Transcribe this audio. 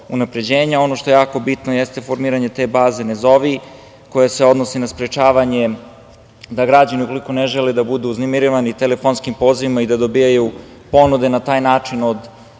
što je jako bitno jeste formiranje te baze – ne zovi, koja se odnosi na sprečavanje da građani ukoliko ne žele da budu uznemiravani telefonskim pozivima i da dobijaju ponude na taj način od